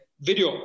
video